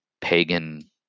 pagan